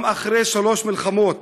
גם אחרי שלוש מלחמות